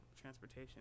transportation